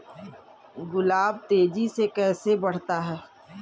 गुलाब तेजी से कैसे बढ़ता है?